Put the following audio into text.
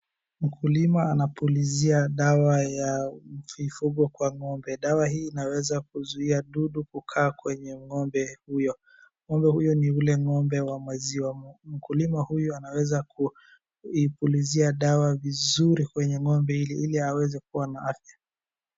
Mkulima anapulizia dawa ya vifugo kwa ng'ombe. Dawa hii inaweza kuzuia mdudu kukaa kwenye ng'ombe huyo. Ng'ombe huyo ni yule ng'ombe wa maziwa. Mkulima huyu anaweza kuipulizia dawa vizuri kwenye ng'ombe ili aweze kuwa na afya.